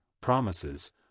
promises